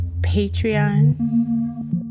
Patreon